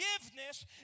forgiveness